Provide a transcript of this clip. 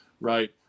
right